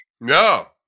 No